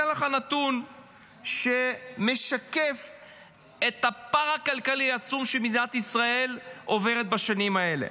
אתן לך נתון שמשקף את הפער הכלכלי העצום שמדינת ישראל עוברת בשנים האלה.